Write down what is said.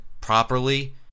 properly